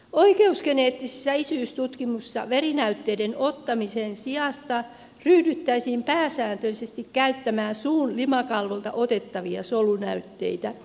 oikeusgeneettisissä isyystutkimuksissa verinäytteiden ottamisen sijasta ryhdyttäisiin pääsääntöisesti käyttämään suun limakalvolta otettavia solunäytteitä